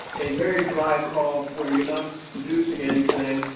a very dry cough where you're not producing anything,